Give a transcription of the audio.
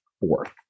fourth